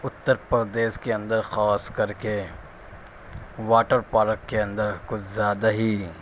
اتّر پردیش کے اندر خاص کر کے واٹر پارک کے اندر کچھ زیادہ ہی